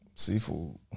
Seafood